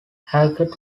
hackett